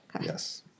Yes